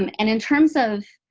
um and in terms of